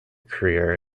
career